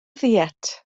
ddiet